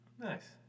Nice